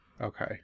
Okay